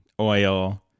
oil